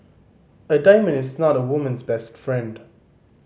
a diamond is not a woman's best friend